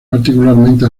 particularmente